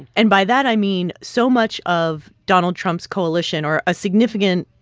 and by that, i mean so much of donald trump's coalition or a significant,